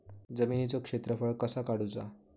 जमिनीचो क्षेत्रफळ कसा काढुचा?